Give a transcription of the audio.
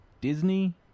Disney